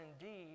indeed